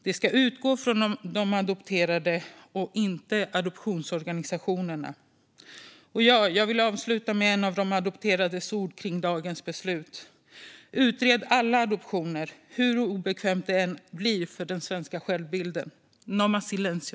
Man ska utgå från de adopterade och inte från adoptionsorganisationerna. Jag vill avsluta med en av de adopterades ord om dagens beslut: Utred alla adoptioner, hur obekvämt det än blir för den svenska självbilden! No más silencio!